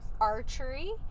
archery